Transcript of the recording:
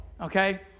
Okay